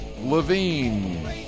Levine